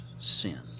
sin